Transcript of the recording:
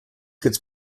gehts